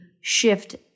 shift